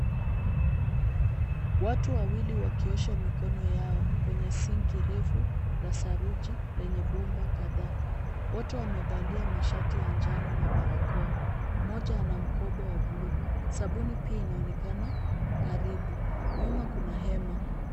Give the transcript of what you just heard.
Watu wawili wakiosha mikono yao kwenye sinki refu na saruji lenye bomba kadhaa. wote wana mashati ya njano na wamevalia barakoa. Mmoja mkoba wa bluu. Sabuni pia inaonekana karibu. Nyuma kuna hema.